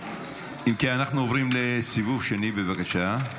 אם כן, אנחנו עוברים לסיבוב שני, בבקשה.